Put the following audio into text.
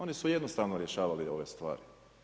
Oni su jednostavno rješavali ove stvari.